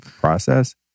process